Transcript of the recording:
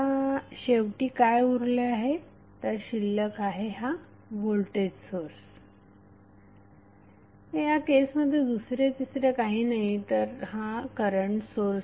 आता शेवटी काय उरले आहे तर शिल्लक आहे हा व्होल्टेज सोर्स तर या केसमध्ये दुसरे तिसरे काही नसून तो असेल करंट सोर्स